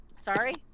Sorry